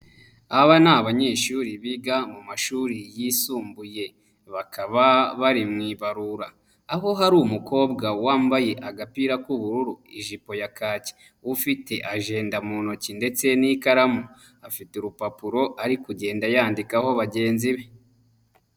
Aba ni abanyeshuri biga mu mashuri yisumbuye, bakaba bari mu ibarura, aho hari umukobwa wambaye agapira k'ubururu ijipo ya kaki, ufite ajenda mu ntoki ndetse n'ikaramu, afite urupapuro ari kugenda yandikaho bagenzi be.